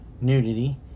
nudity